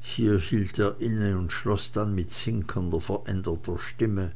hier hielt er inne und schloß dann mit sinkender veränderter stimme